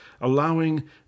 allowing